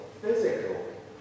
physical